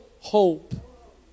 hope